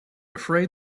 afraid